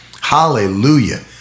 hallelujah